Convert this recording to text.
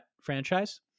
franchise